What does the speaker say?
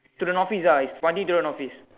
to the north east ah it's pointing to the north east